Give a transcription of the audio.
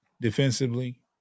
defensively